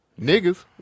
Niggas